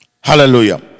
Hallelujah